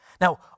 Now